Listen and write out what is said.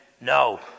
No